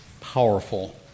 powerful